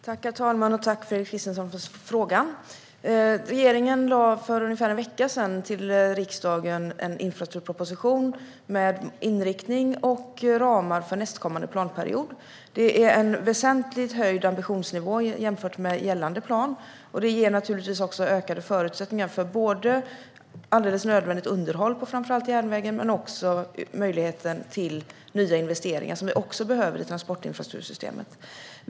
Herr talman! Tack för frågan, Fredrik Christensson! Regeringen lade för ungefär en vecka sedan fram en infrastrukturproposition till riksdagen med inriktning och ramar för nästkommande planperiod. Det är en väsentligt höjd ambitionsnivå jämfört med gällande plan. Det ger naturligtvis ökade förutsättningar för både alldeles nödvändigt underhåll på framför allt järnvägen och möjligheten till nya investeringar som vi också behöver i transportinfrastruktursystemet.